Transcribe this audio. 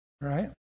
Right